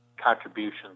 contributions